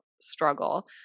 struggle